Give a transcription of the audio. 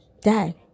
Dad